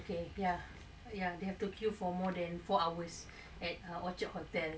for more than four hours